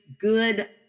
good